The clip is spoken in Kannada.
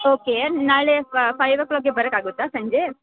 ಓಕೆ ನಾಳೆ ಫೈವ್ ಒ ಕ್ಲಾಕಿಗೆ ಬರೋಕಾಗುತ್ತ ಸಂಜೆ